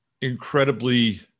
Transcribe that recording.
incredibly